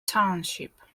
township